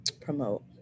promote